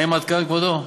האם עד כאן, כבודו?